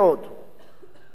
של הליכי החקיקה.